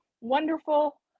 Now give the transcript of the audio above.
wonderful